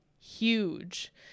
huge